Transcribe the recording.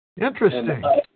Interesting